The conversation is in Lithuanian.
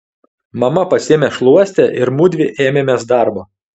mama pasiėmė šluostę ir mudvi ėmėmės darbo